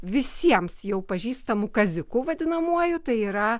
visiems jau pažįstamu kaziuku vadinamuoju tai yra